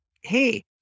Hey